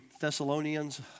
Thessalonians